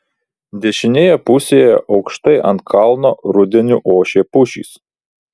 dešinėje pusėje aukštai ant kalno rudeniu ošė pušys